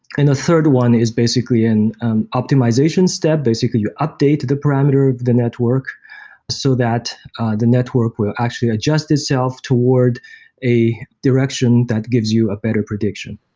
and the third one is basically in optimization step. basically, you update the parameters of the network so that the network will actually adjust itself toward a direction that gives you a better prediction.